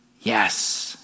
yes